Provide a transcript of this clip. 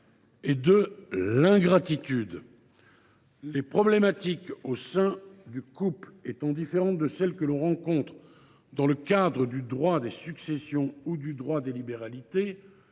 et de l’ingratitude. Les problématiques au sein du couple étant différentes de celles que l’on rencontre dans le cadre du droit des successions ou du droit des libéralités,